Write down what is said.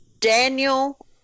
Daniel